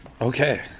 Okay